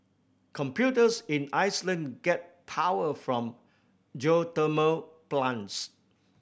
computers in Iceland get power from geothermal plants